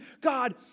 God